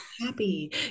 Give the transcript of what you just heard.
Happy